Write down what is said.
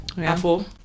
Apple